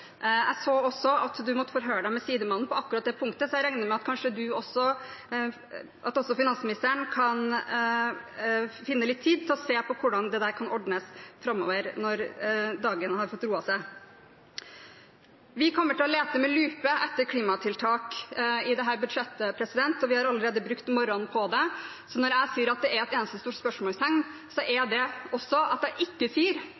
Jeg så også at finansministeren måtte forhøre seg med sidemannen på akkurat det punktet, så jeg regner med at også finansministeren kan finne litt tid til å se på hvordan dette kan ordnes framover når det har fått roet seg i dag. Vi kommer til å lete med lupe etter klimatiltak i dette budsjettet, og vi har allerede brukt morgenen på det. Så når jeg sier at det er et eneste stort spørsmålstegn, betyr det også at jeg ikke sier